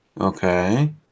Okay